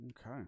Okay